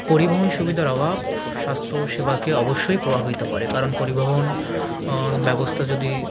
পরিবহণ সুবিধার অভাব স্বাস্থ্যসেবাকে অবশ্যই প্রভাবিত করে কারণ পরিবহণ ব্যবস্থা যদি